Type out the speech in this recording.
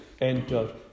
enter